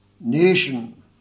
nation